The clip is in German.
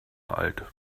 alt